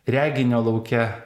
reginio lauke